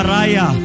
Raya